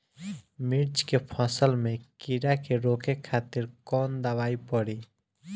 मिर्च के फसल में कीड़ा के रोके खातिर कौन दवाई पड़ी?